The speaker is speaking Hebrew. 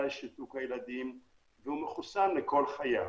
כנגד שיתוק הילדים והוא מחוסן לכל חייו,